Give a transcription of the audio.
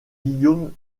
guillaume